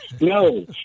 No